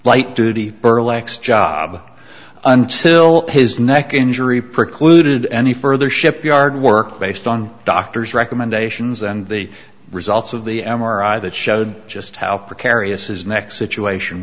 light duty ehrlich's job until his neck injury precluded any further shipyard work based on doctor's recommendations and the results of the m r i that showed just how precarious his neck situation